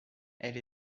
elle